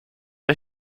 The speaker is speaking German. der